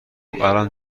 الان